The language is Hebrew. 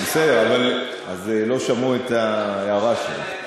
בסדר, אבל לא שמעו את ההערה שלך.